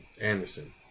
Anderson